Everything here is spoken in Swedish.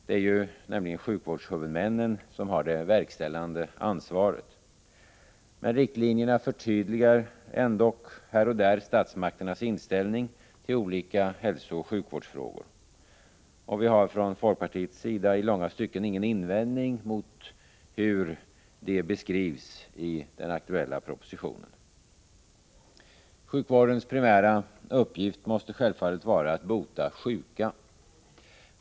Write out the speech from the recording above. Det är ju sjukvårdshuvudmännen som har det verkställande ansvaret. Men riktlinjerna förtydligar ändock här och där statsmakternas inställning till olika hälsooch sjukvårdsfrågor. Vi har från folkpartiets sida i långa stycken ingen invändning mot hur de beskrivs i den aktuella propositionen. Sjukvårdens primära uppgift måste självfallet vara att bota sjuka.